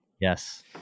Yes